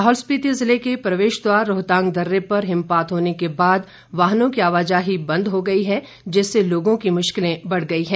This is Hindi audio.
लाहौल स्पिति जिले का प्रवेश द्वार रोहतांग दर्रे पर हिमपात होने के बाद वाहनों की आवाजाही बंद हो गई है जिससे लोगों की मुश्किलें बढ़ गई हैं